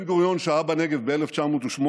בן-גוריון שהה בנגב ב-1918,